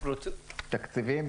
תקציביים בלבד.